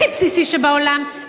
הכי בסיסי שבעולם,